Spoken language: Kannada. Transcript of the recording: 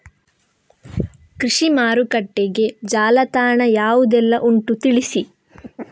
ಕೃಷಿ ಮಾರುಕಟ್ಟೆಗೆ ಜಾಲತಾಣ ಯಾವುದೆಲ್ಲ ಉಂಟು ತಿಳಿಸಿ